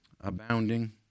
abounding